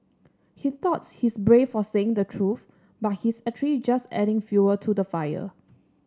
he thought he's brave for saying the truth but he's actually just adding fuel to the fire